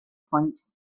point